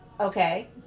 okay